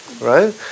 right